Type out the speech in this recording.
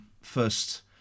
first